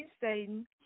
Satan